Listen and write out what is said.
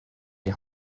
die